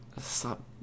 stop